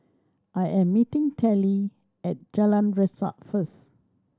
I am meeting Telly at Jalan Resak first